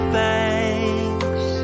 thanks